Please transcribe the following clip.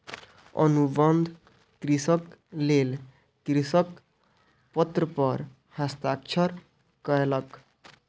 अनुबंध कृषिक लेल कृषक पत्र पर हस्ताक्षर कयलक